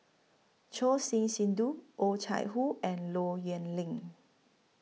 Choor Singh Sidhu Oh Chai Hoo and Low Yen Ling